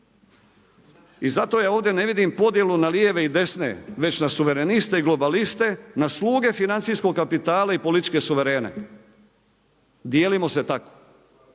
I zato ja ovdje ne vidim podjelu na lijeve i desne već na suvereniste i globaliste, na sluge financijskog kapitala i političke suverene. Dijelimo se tako.